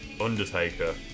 Undertaker